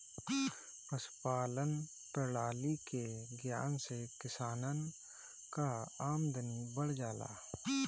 पशुपालान प्रणाली के ज्ञान से किसानन कअ आमदनी बढ़ जाला